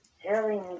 Hearing